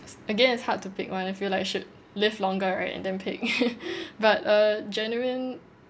again it's hard to pick one I feel like I should live longer right and then pick but a genuine